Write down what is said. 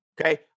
Okay